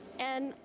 and,